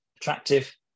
attractive